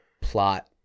plot